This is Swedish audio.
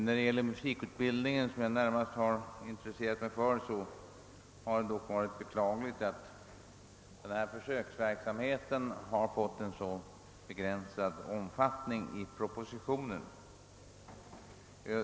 När det gäller musikutbildningen, som jag närmast har intresserat mig för, är det dock beklagligt att försöksverksamheten har fått en så begränsad omfattning i propositionen.